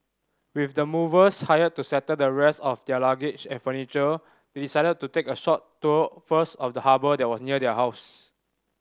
with the movers hired to settle the rest of their luggage and furniture they decided to take a short tour first of the harbour that was near their house